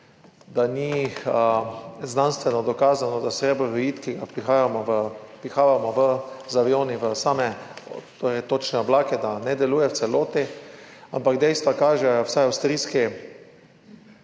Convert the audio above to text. da ni znanstveno dokazano, da srebrov jodid, ki ga vpihavamo z avioni v same točne oblake, deluje v celoti. Ampak dejstva kažejo, vsaj Avstrijci,